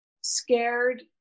scared